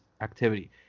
activity